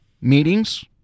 meetings